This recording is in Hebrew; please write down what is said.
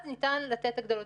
אז ניתן לתת הגדלות.